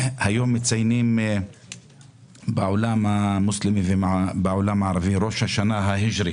היום מציינים בעולם המוסלמי ובעולם הערבי את ראש השנה ההיג'רי,